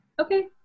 Okay